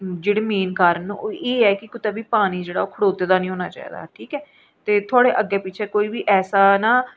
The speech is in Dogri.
जेह्ड़े मेन कारण न ओह् एह् ऐ कि कुदै बी पानी जेह्ड़ा ऐ खड़ोते दा नीं होना चाहिदा ठीक ऐ थोह्ड़े अग्गैं पिछे कोई बी ऐसा ना